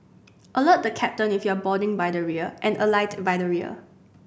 alert the captain if you're boarding by the rear and alight by the rear